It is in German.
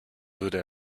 würde